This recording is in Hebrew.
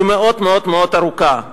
היא מאוד מאוד מאוד ארוכה.